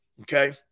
Okay